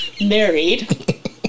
married